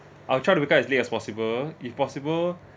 I'll try to wake up as late as possible if possible